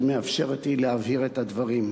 כי היא מאפשרת להבהיר את הדברים.